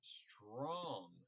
strong